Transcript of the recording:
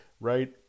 right